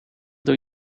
doe